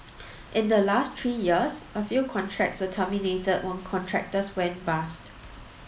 in the last three years a few contracts were terminated when contractors went bust